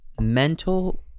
mental